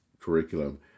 curriculum